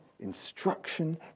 instruction